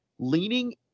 leaning